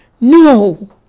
No